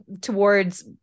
towards-